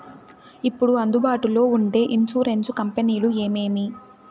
ఇప్పుడు అందుబాటులో ఉండే ఇన్సూరెన్సు కంపెనీలు ఏమేమి?